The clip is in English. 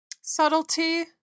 subtlety